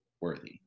worthy